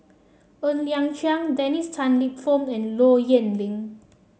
Ng Liang Chiang Dennis Tan Lip Fong and Low Yen Ling